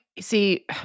See